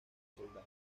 soldados